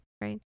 Right